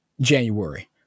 January